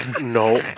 no